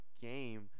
game